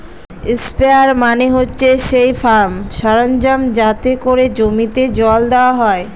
sprayer মানে হচ্ছে সেই ফার্ম সরঞ্জাম যাতে করে জমিতে জল দেওয়া হয়